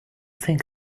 think